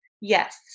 yes